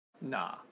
Nah